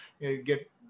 get